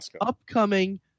upcoming